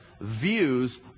views